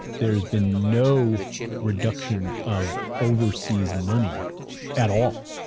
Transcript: there has been no reduction of overseas money at all.